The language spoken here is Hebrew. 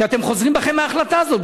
שאתם חוזרים בכם מההחלטה הזאת,